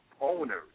owners